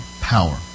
power